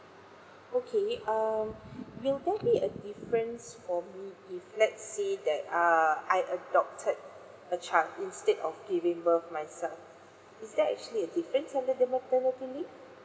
okay um will there be a difference for me if let's say that err I adopted a child instead of giving birth myself is there actually a difference under the maternity leave